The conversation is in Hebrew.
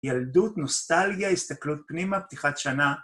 ילדות, נוסטליה, הסתכלות פנימה, פתיחת שנה.